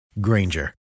Granger